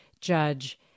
judge